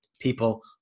people